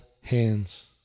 hands